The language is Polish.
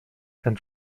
ten